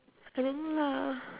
I don't know lah